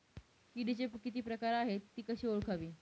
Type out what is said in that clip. किडीचे किती प्रकार आहेत? ति कशी ओळखावी?